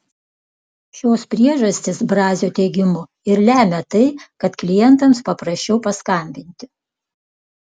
šios priežastys brazio teigimu ir lemia tai kad klientams paprasčiau paskambinti